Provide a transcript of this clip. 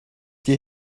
die